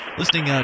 listening